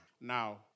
Now